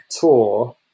tour